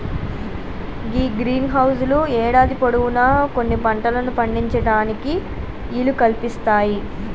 గీ greenhouse లు యేడాది పొడవునా కొన్ని పంటలను పండించటానికి ఈలు కల్పిస్తాయి